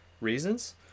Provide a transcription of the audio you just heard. reasons